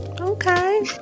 Okay